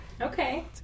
Okay